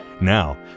Now